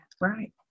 Right